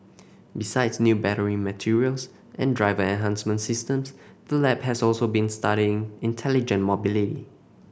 besides new battery materials and driver enhancement systems the lab has also been studying intelligent mobility